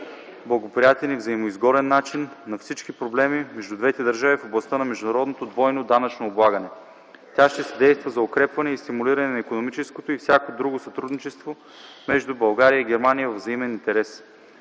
най-благоприятен и взаимноизгоден начин на всички проблеми между двете държави в областта на международното двойно данъчно облагане. Тя ще съдейства за укрепване и стимулиране на икономическото и всяко друго сътрудничество между България и Германия във взаимен интерес.